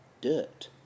dirt